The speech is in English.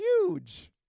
huge